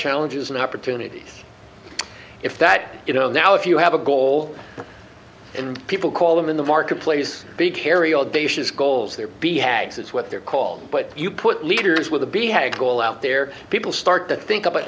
challenges and opportunities if that you know now if you have a goal and people call them in the marketplace big hairy audacious goals there be hag's that's what they're called but you put leaders with a b hagel out there people start to think about